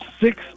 six